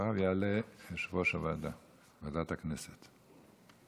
אחריו יעלה יושב-ראש הוועדה, ועדת הכנסת.